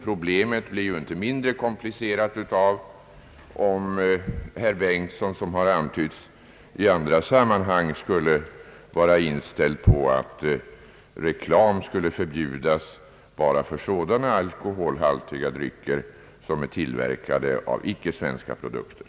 Problemet blir dock inte mindre komplicerat, om herr Bengtson, som det har antytts, i andra sammanhang skulle vara inställd på att reklam bör förbjudas enbart i fråga om sådana alkoholhaltiga drycker som är tillverkade av icke svenska produkter.